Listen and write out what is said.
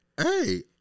Hey